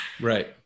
Right